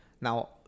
Now